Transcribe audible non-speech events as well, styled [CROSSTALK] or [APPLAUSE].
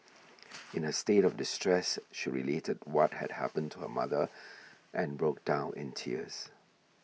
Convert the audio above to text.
[NOISE] in her state of distress she related what had happened to her mother and broke down in tears